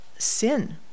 Sin